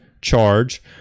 charge